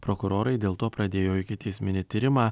prokurorai dėl to pradėjo ikiteisminį tyrimą